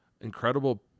incredible